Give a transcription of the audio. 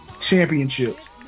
championships